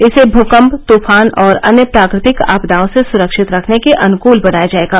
इसे भूकम्प तूफान तथा अन्य प्राकृतिक आपदाओं से सुरक्षित रखने के अनुकूल बनाया जाएगा